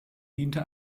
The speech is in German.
diente